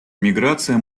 миграция